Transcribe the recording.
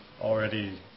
already